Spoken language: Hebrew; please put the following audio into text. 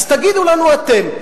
אז תגידו לנו אתם,